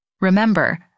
Remember